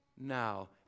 now